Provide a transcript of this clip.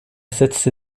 setzte